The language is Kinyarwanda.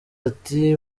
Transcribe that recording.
ati